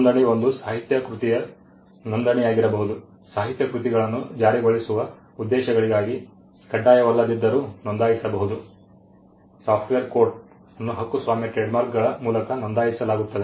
ನೋಂದಣಿ ಒಂದು ಸಾಹಿತ್ಯ ಕೃತಿಯ ನೋಂದಣಿಯಾಗಿರಬಹುದು ಸಾಹಿತ್ಯ ಕೃತಿಗಳನ್ನು ಜಾರಿಗೊಳಿಸುವ ಉದ್ದೇಶಗಳಿಗಾಗಿ ಕಡ್ಡಾಯವಲ್ಲದಿದ್ದರೂ ನೋಂದಾಯಿಸಬಹುದು ಸಾಫ್ಟ್ವೇರ್ ಕೋಡ್ ಅನ್ನು ಹಕ್ಕುಸ್ವಾಮ್ಯ ಟ್ರೇಡ್ಮಾರ್ಕ್ಗಳ ಮೂಲಕ ನೋಂದಾಯಿಸಲಾಗುತ್ತದೆ